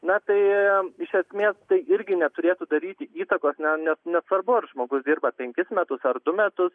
na tai iš esmės tai irgi neturėtų daryti įtakos na ne nesvarbu ar žmogus dirba penkis metus ar du metus